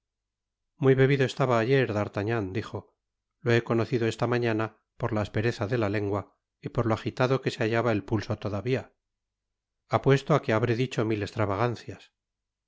muy bebido estaba ayer d'artagnan dijo lo be conocido esta mañana por la aspereza de la lengua y por lo ajitado que se hallaba el pulso todavía apuesto á que habré dicho mil extravagancias